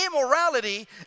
immorality